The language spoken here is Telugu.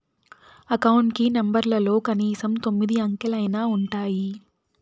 అకౌంట్ కి నెంబర్లలో కనీసం తొమ్మిది అంకెలైనా ఉంటాయి